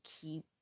keep